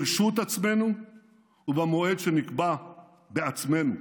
ברשות עצמנו ובמועד שנקבע בעצמנו.